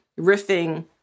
riffing